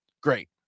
great